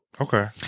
Okay